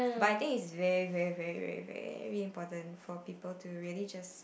but I think it's very very very very very important for people to really just